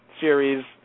series